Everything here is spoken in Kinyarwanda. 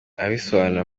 abisobanura